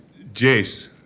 Jace